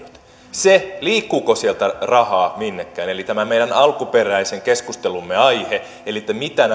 se liikkuuko sieltä rahaa minnekään eli tämä meidän alkuperäisen keskustelumme aihe eli se mitä